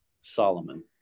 Solomon